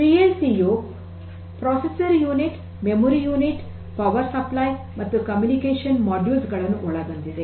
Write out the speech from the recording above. P L C ಯು processor unit memory unit power supply ಮತ್ತು communication modules ಗಳನ್ನು ಒಳಗೊಂಡಿದೆ